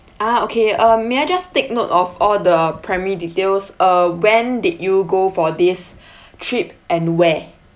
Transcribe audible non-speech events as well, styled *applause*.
ah okay um may I just take note of all the primary details uh when did you go for this *breath* trip and where